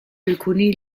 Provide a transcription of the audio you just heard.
alcuni